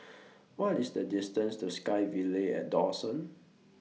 What IS The distance to SkyVille At Dawson